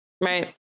right